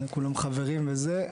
כולם חברים וזה,